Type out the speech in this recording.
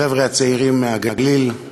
החבר'ה הצעירים מהגליל,